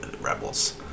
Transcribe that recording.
Rebels